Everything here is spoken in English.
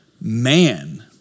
man